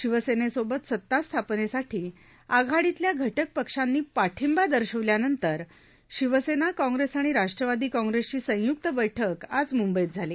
शिवसेनेसोबत सत्ता स्थापनेसाठ आघाडविल्या घटक पक्षांन पाठिंबा दर्शवल्यानंतर शिवसेना काँग्रेस आणि राष्ट्रवाद क्रॉंग्रेसच अंयुक्त बैठक आज मुंबईत सुरु झाली